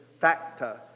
factor